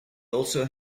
also